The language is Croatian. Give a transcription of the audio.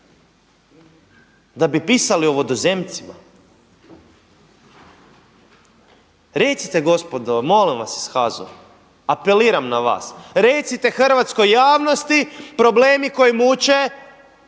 Da bi pisali o vodozemcima? Recite gospodo molim vas iz HAZU-a apeliram na vas recite hrvatskoj javnosti problemi koji muče hrvatsko